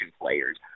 players